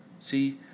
See